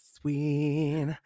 sweet